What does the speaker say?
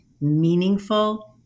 meaningful